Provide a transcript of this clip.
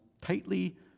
tightly